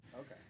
Okay